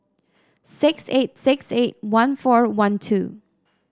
six eight six eight one four one two